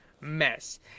mess